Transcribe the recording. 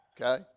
Okay